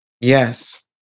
Yes